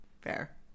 Fair